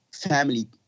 Family